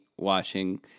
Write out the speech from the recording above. watching